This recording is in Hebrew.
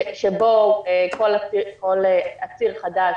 שבו כל עציר חדש,